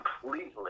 completely